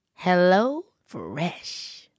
HelloFresh